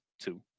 two